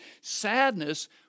sadness